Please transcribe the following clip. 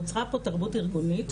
נוצרה פה תרבות ארגונית,